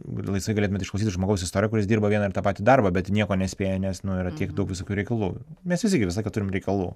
gali laisvai galėtumėt išklausyti žmogaus istoriją kuris dirba vieną ir tą patį darbą bet nieko nespėja nes nu yra tiek daug visokių reikalų mes visi gi visą laiką turim reikalų